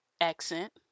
accent